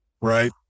right